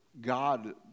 God